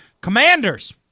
Commanders